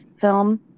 film